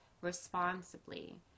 responsibly